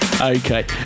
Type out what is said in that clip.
Okay